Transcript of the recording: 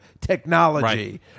technology